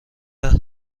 روز